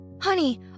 Honey